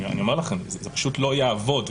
זה פשוט לא יעבוד,